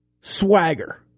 swagger